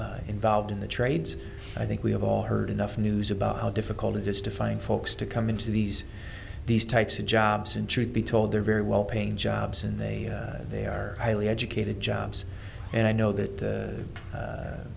people involved in the trades i think we have all heard enough news about how difficult it is to find folks to come into these these types of jobs and truth be told they're very well paying jobs and they they are highly educated jobs and i know that